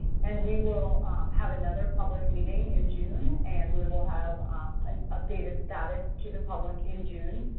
and we will have another public meeting in june, and we will have an updated status to the public in june